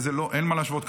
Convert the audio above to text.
אין מה להשוות,